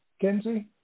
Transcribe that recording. Kenzie